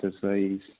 disease